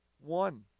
one